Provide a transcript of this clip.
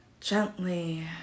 gently